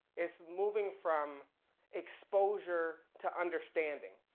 it's moving from exposure to understanding,